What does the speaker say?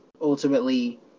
ultimately